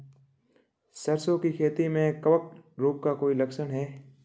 सरसों की खेती में कवक रोग का कोई लक्षण है?